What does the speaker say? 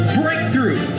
breakthrough